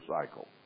cycle